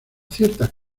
ciertas